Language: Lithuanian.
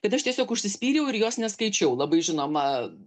kad aš tiesiog užsispyriau ir jos neskaičiau labai žinoma